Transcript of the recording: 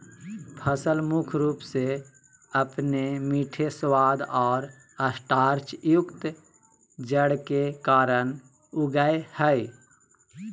फसल मुख्य रूप से अपने मीठे स्वाद और स्टार्चयुक्त जड़ के कारन उगैय हइ